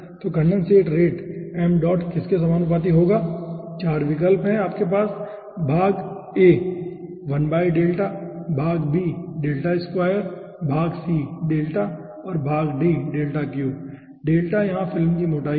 तो condensate rate m dot किसके समानुपाती होगा 4 विकल्प है आपके पास भाग a भाग b और भाग c है और भाग d है यहाँ फिल्म की मोटाई है